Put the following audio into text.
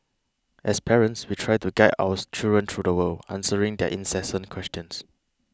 as parents we try to guide our children through the world answering their incessant questions